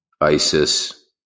ISIS